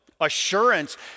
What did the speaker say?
assurance